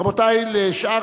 רבותי, לשאר